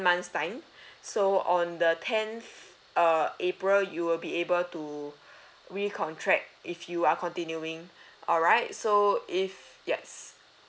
months time so on the tenth uh april you will be able to recontract if you are continuing alright so if yes